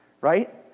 right